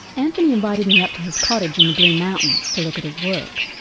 anthony invited me up to his cottage in the blue mountains to look at his work.